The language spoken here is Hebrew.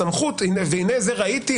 הסמכות והינה זה ראיתי,